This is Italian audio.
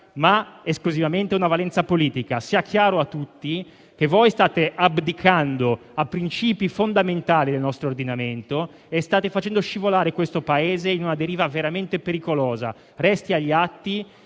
ma esclusivamente politica. Sia chiaro a tutti che voi state abdicando a principi fondamentali del nostro ordinamento e state facendo scivolare questo Paese verso una deriva veramente pericolosa. Resti agli atti